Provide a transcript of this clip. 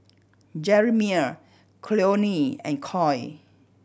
Jeremiah Cleone and Coy